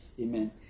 Amen